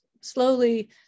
slowly